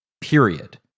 period